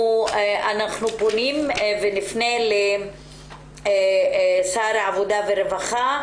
אנחנו פונים ונפנה לשר העבודה והרווחה,